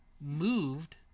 moved